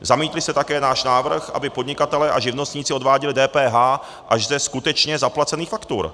Zamítli jste také náš návrh, aby podnikatelé a živnostníci odváděli DPH až ze skutečně zaplacených faktur.